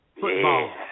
Football